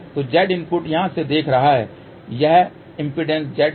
तो Z input यहाँ से देख रहा है कि यह इम्पीडेन्स Z है